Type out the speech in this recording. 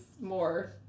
more